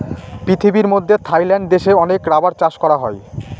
পৃথিবীর মধ্যে থাইল্যান্ড দেশে অনেক রাবার চাষ করা হয়